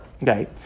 Okay